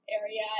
area